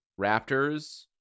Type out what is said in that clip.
Raptors